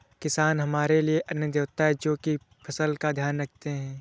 किसान हमारे लिए अन्न देवता है, जो की फसल का ध्यान रखते है